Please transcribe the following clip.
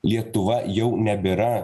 lietuva jau nebėra